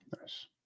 Nice